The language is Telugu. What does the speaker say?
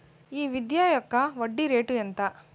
ఈ విద్యా అప్పు యొక్క వడ్డీ రేటు ఎంత?